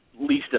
least